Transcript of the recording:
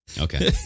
Okay